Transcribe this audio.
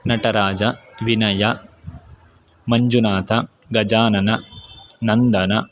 नटराजः विनयः मञ्जुनात गजाननः नन्दनः